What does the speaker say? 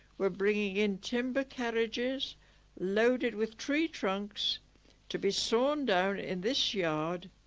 were bringing in timber carriages loaded with tree trunks to be sawn down in this yard.